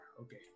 okay